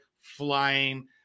flying